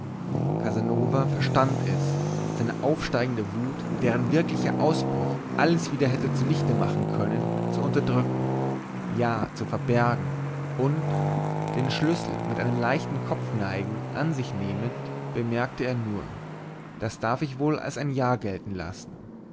casanova verstand es seine aufsteigende wut deren wirklicher ausbruch alles wieder hätte zunichte machen können zu unterdrücken ja zu verbergen und den schlüssel mit einem leichten kopfneigen an sich nehmend bemerkte er nur das darf ich wohl als ein ja gelten lassen